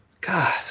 God